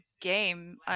game